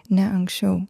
ne anksčiau